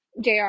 jr